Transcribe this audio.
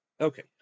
Okay